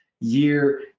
year